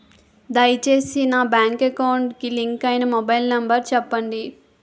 దయచేసి నా bank account కి లింక్ అయినా మొబైల్ నంబర్ చెప్పండి